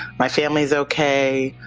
my family is okay.